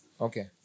Okay